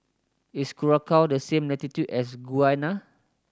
is Curacao on the same latitude as Guyana